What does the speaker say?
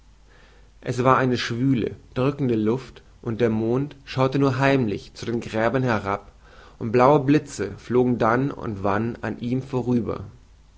es war eine schwüle drückende luft und der mond schaute nur heimlich zu den gräbern herab und blaue blize flogen dann und wann an ihm vorüber